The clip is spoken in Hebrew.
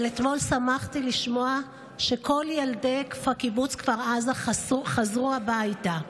אבל אתמול שמחתי לשמוע שכל ילדי קיבוץ כפר עזה חזרו הביתה.